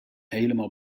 helemaal